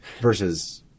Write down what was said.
versus